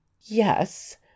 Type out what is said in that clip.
Yes